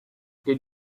did